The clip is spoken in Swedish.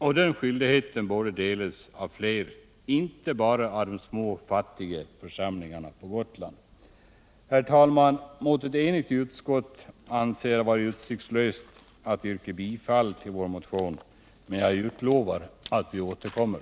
Och denna skyldighet borde delas av flera än bara de små fattiga församlingarna på Gotland. Herr talman! Mot ett enigt utskott anser jag det vara utsiktslöst att nu yrka bifall till vår motion, men jag kan utlova att vi återkommer.